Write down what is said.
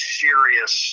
serious